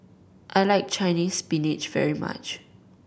I like Chinese Spinach very much